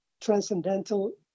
transcendental